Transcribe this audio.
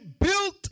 built